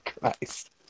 Christ